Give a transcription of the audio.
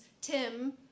Tim